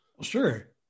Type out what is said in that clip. Sure